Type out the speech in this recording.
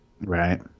Right